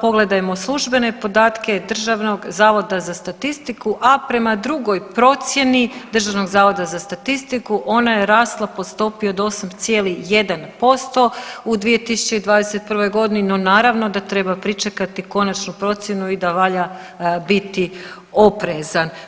pogledajmo službene podatke Državnog zavoda za statistiku, a prema drugoj procijeni Državnog zavoda za statistiku ona je rasla po stopi od 8,1% u 2021.g., no naravno da treba pričekati konačnu procjenu i da valja biti oprezan.